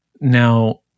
Now